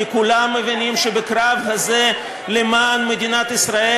כי כולם מבינים שבקרב הזה למען מדינת ישראל